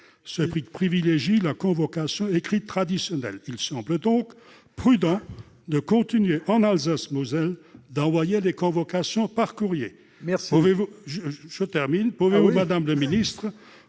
à privilégier la convocation écrite traditionnelle. Il semble donc prudent de continuer, en Alsace-Moselle, d'envoyer les convocations par courrier.